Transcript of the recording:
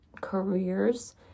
careers